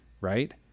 right